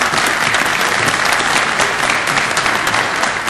(מחיאות כפיים)